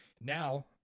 Now